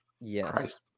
yes